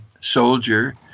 soldier